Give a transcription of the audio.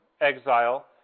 exile